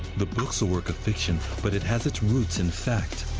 the book's a work of fiction, but it has its roots in fact.